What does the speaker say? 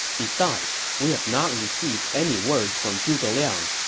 besides, we have not received any word from zhuge liang.